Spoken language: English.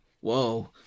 Whoa